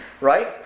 right